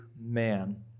man